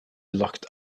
locked